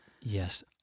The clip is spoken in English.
Yes